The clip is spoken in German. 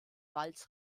walz